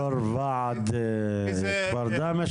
תודה רבה ערפאת אסמעיל, יו"ר ועד כפר דהמש.